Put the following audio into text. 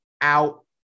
out